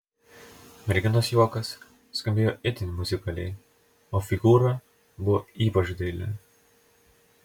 merginos juokas skambėjo itin muzikaliai o figūra buvo ypač daili